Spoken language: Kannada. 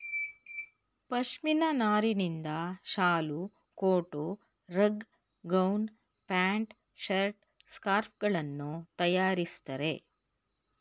ಪಶ್ಮಿನ ನಾರಿನಿಂದ ಶಾಲು, coat, rug, gown, pant, shirt, scarf ಗಳನ್ನು ತರಯಾರಿಸ್ತರೆ